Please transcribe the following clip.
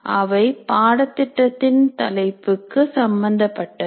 அவை பாடத்திட்டத்தின் தலைப்புக்கு சம்பந்தப்பட்டது